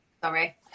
sorry